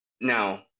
Now